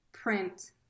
Print